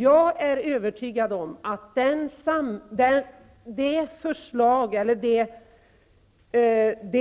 Jag är övertygad om att det